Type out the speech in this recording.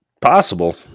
possible